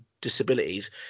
disabilities